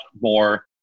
more